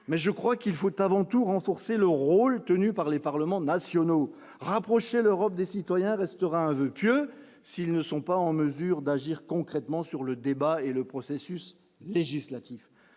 mais je crois qu'il faut avant tout renforcer le rôle tenu par les parlements nationaux rapprocher l'Europe des citoyens restera un voeu pieux, s'ils ne sont pas en mesure d'agir concrètement sur le débat et le processus législatif,